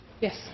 Yes